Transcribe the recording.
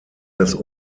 das